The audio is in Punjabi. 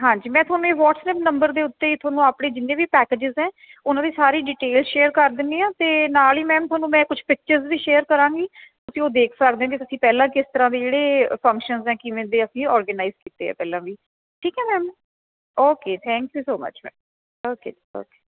ਹਾਂਜੀ ਮੈਂ ਤੁਹਾਨੂੰ ਇਹ ਵੱਅਟਸਅੱਪ ਨੰਬਰ ਦੇ ਉੱਤੇ ਹੀ ਤੁਹਾਨੂੰ ਆਪਣੇ ਜਿੰਨੇ ਵੀ ਪੈਕਜਿਸ ਹੈ ਉਹਨਾਂ ਦੀ ਸਾਰੀ ਡੀਟੇਲ ਸ਼ੇਅਰ ਕਰ ਦਿੰਦੀ ਹਾਂ ਅਤੇ ਨਾਲ਼ ਹੀ ਮੈਮ ਤੁਹਾਨੂੰ ਮੈਂ ਕੁੱਛ ਪਿਕਚਰਸ ਵੀ ਸ਼ੇਅਰ ਕਰਾਂਗੀ ਤੁਸੀਂ ਉਹ ਦੇਖ ਸਕਦੇ ਜੇ ਤੁਸੀਂ ਪਹਿਲਾਂ ਕਿਸ ਤਰ੍ਹਾਂ ਦੀ ਜਿਹੜੇ ਫੰਕਸ਼ਨਸ ਹੈ ਕਿਵੇਂ ਦੇ ਅਸੀਂ ਔਰਗਨਾਇਸ ਕੀਤੇ ਆ ਪਹਿਲਾਂ ਵੀ ਠੀਕ ਆ ma'am okay thank you so much ma'am okay ਜੀ ਓਕੇ